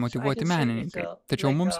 motyvuoti menininkai tačiau mums